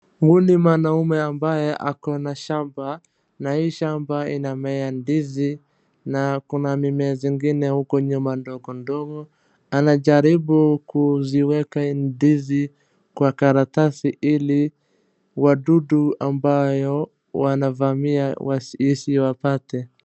Huu ni mwanaume ambae ako na shamba na hii shamba inamea ndizi na kuna mimea zingine huko nyuma ndogo ndogo. Anajaribu kuziweka ndizi kwa karatasi ili wadudu ambayo wanavamia isiwapate.